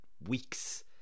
weeks